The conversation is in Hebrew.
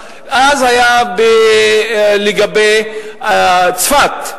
ואז זה היה לגבי צפת.